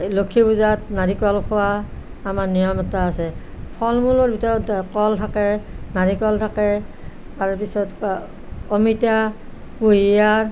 লক্ষী পূজাত নাৰিকল খোৱা আমাৰ নিয়ম এটা আছে ফলমূলৰ ভিতৰত কল থাকে নাৰিকল থাকে তাৰপিছত অমিতা কুঁহিয়াৰ